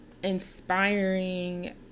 inspiring